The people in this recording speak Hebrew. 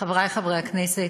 חברי חברי הכנסת,